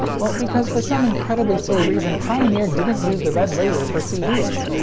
well, because for some incredibly silly reason, pioneer didn't use the red laser for cds.